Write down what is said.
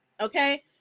Okay